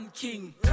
King